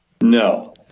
No